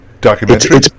Documentary